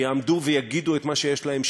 שיעמדו ויגידו את מה שיש להם,